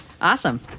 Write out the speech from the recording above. Awesome